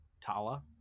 Tala